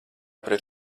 pret